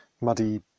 muddy